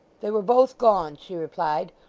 they were both gone, she replied,